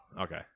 okay